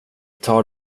tar